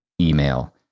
email